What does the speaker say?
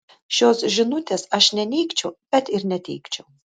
šios žinutės aš neneigčiau bet ir neteigčiau